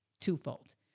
twofold